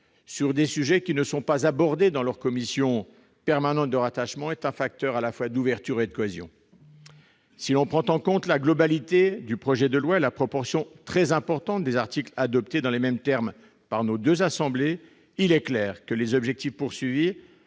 sur des sujets qui ne sont pas abordés dans leurs commissions permanentes de rattachement, est un facteur d'ouverture et de cohésion. Si l'on prend en compte la globalité du projet de loi et la proportion très importante des articles adoptés dans les mêmes termes par les deux assemblées, il est clair que les objectifs poursuivis,